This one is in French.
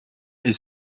est